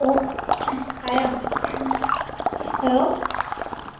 ꯑꯣ ꯑꯌꯥ ꯍꯜꯂꯣ